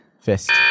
Fist